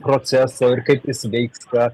proceso ir kaip jis veiks ką